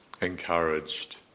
encouraged